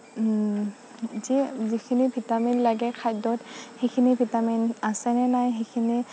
যি যিখিনি ভিটামিন লাগে খাদ্যত সেইখিনি ভিটামিন আছেনে নাই সেইখিনি